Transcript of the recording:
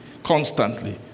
Constantly